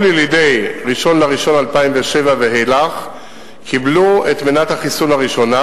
כל ילידי 1 בינואר 2007 ואילך קיבלו את מנת החיסון הראשונה,